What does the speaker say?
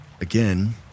again